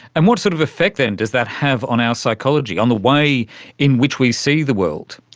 and what sort of effect then does that have on our psychology, on the way in which we see the world?